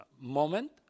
moment